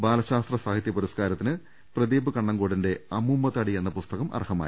ബാല ശാസ്ത്ര സാഹിതൃ പുരസ്കാരത്തിന് പ്രദീപ് കണ്ണങ്കോടിന്റെ അമ്മൂമ്മ ത്താടി എന്ന പുസ്തകം അർഹമായി